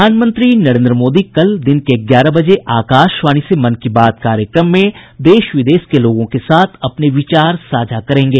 प्रधानमंत्री नरेन्द्र मोदी कल दिन के ग्यारह बजे आकाशवाणी से मन की बात कार्यक्रम में देश विदेश के लोगों के साथ अपने विचार साझा करेंगे